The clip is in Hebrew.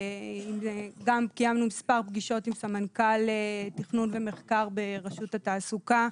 גם קיימנו מספר פגישות עם סמנכ"ל תכנון ומחקר ברשות התעסוקה,